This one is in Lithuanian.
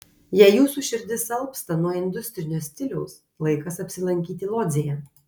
jei jūsų širdis alpsta nuo industrinio stiliaus laikas apsilankyti lodzėje